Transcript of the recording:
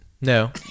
No